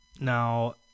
Now